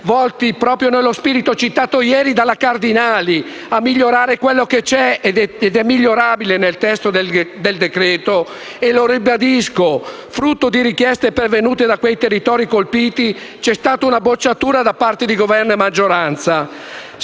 volti - proprio nello spirito citato ieri dalla senatrice Cardinali - a migliorare quello che c'è ed è migliorabile nel testo del decreto e, lo ribadisco, frutto di richieste pervenute dai territori colpiti, vi sia stata una bocciatura da parte di Governo e maggioranza.